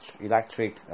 electric